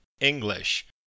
English